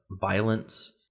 violence